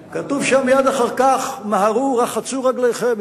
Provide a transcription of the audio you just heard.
שם כתוב, שם כתוב מייד אחר כך: מהרו רחצו רגליכם.